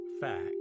fact